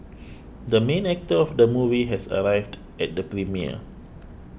the main actor of the movie has arrived at the premiere